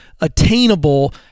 attainable